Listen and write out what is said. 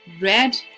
red